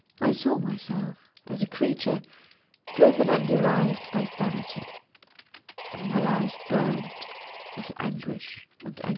i saw myself as a creature driven and derided by vanity and my eyes burned with anguish and